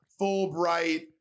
Fulbright